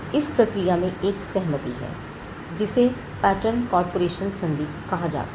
इस प्रक्रिया में एक सहमति है जिसे पैटर्न कॉर्पोरेशन संधि कहा जाता है